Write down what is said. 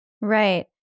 Right